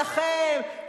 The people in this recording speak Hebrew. שלכם,